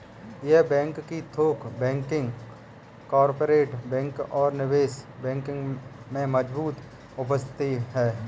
yes Bank की थोक banking, corporate banking और निवेश बैंकिंग में मजबूत उपस्थिति है